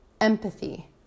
empathy